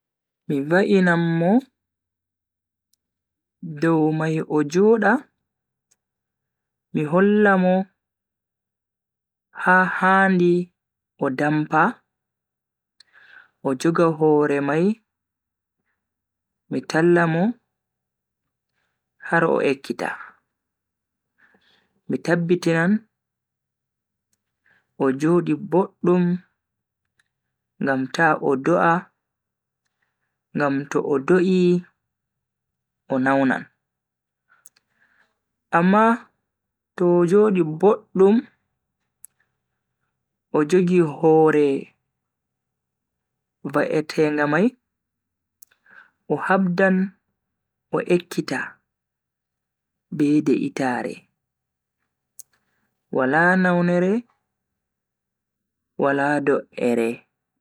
Mi va'inan mo dow mai o joda, mi holla mo ha handi o dampa, o joga hore mai mi talla mo har o ekkita. mi tabbitinan o Jodi boddum ngam ta o do'a, ngam to o do'i o naunan. amma to o Jodi boddum o jogi hore va'etenga mai o habdan o ekkita be de'itaare wala naunere Wala do'ere.